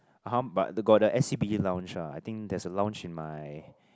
(uh huh) but the got the S_C_B_C lounge ah I think there's a lounge in my